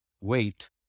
wait